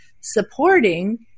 supporting